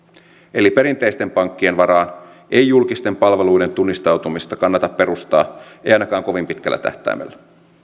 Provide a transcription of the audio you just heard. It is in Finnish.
eli perinteisten pankkien varaan ei julkisten palveluiden tunnistautumista kannata perustaa ei ainakaan kovin pitkällä tähtäimellä